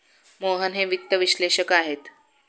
मोहन हे वित्त विश्लेषक आहेत